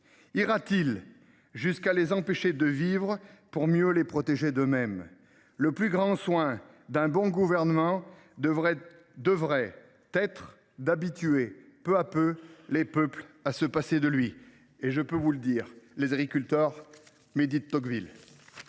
Ira t il jusqu’à les empêcher de vivre pour mieux les protéger d’eux mêmes ?[…] Le plus grand soin d’un bon gouvernement devrait être d’habituer peu à peu les peuples à se passer de lui. » Je peux vous le dire, les agriculteurs méditent Tocqueville